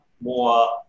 more